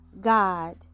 God